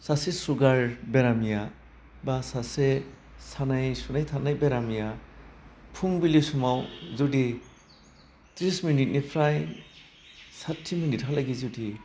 सासे सुगार बेरामिया बा सासे सानाय सुनाय थानाय बेमारिया फुंबिलि समाव जुदि ट्रिस मिनिटनिफ्राय साति मिनिटहालागै जुदि